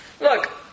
Look